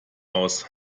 aus